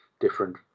different